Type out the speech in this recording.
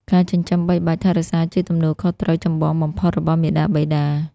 ការចិញ្ចឹមបីបាច់ថែរក្សាជាទំនួលខុសត្រូវចម្បងបំផុតរបស់មាតាបិតា។